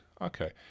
okay